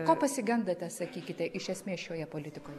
ko pasigendate sakykite iš esmės šioje politikoj